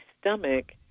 stomach